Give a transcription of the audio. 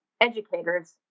educators